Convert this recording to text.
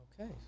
Okay